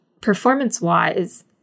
performance-wise